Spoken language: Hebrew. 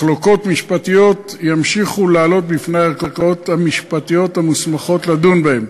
מחלוקות משפטיות ימשיכו לעלות בפני הערכאות המשפטיות המוסמכות לדון בהן.